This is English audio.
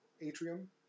Atrium